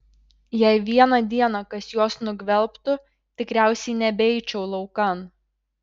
jei vieną dieną kas juos nugvelbtų tikriausiai nebeičiau laukan